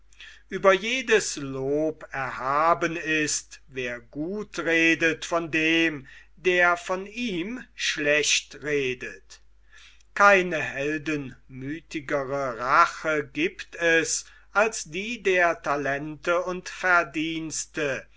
ueber jedes lob erhaben ist wer gut redet von dem der von ihm schlecht redet keine heldenmütigere rache giebt es als die der talente und verdienste